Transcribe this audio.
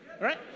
Right